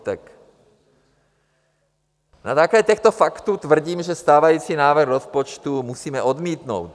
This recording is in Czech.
Na základě těchto faktů tvrdím, že stávající návrh rozpočtu musíme odmítnout.